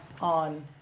on